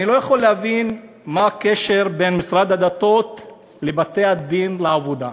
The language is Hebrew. אני לא יכול להבין מה הקשר בין משרד הדתות לבתי-הדין לעבודה,